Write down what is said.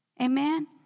Amen